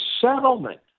settlement